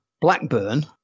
Blackburn